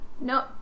No